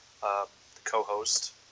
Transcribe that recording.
co-host